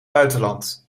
buitenland